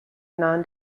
non